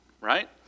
right